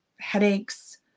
headaches